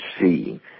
see